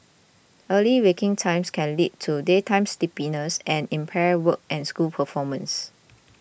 early waking times can lead to daytime sleepiness and impaired work and school performance